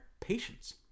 patience